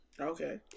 okay